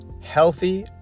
Healthy